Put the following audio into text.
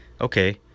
okay